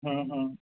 ਹੂੰ ਹੂੰ